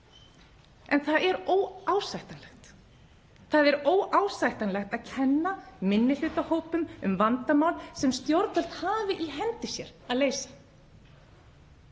En það er óásættanlegt að kenna minnihlutahópum um vandamál sem stjórnvöld hafa í hendi sér að leysa.